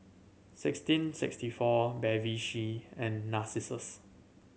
sixteen sixty four Bevy C and Narcissus